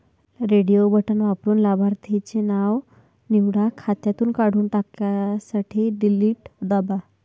radio button वापरून लाभार्थीचे नाव निवडा, खात्यातून काढून टाकण्यासाठी डिलीट दाबा